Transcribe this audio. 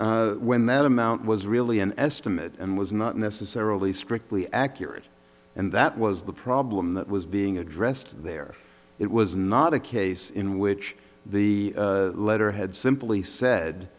future when that amount was really an estimate and was not necessarily strictly accurate and that was the problem that was being addressed there it was not a case in which the letter had simply said